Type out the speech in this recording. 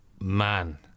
Man